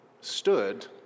stood